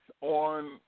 on